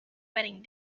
wedding